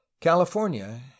california